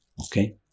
Okay